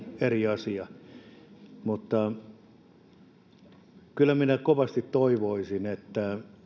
eri asia kyllä minä kovasti toivoisin että